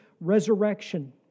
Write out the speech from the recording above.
resurrection